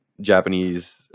Japanese